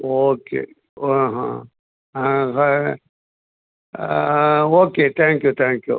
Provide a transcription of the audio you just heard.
okay oh ah ஃப okay thank you thank you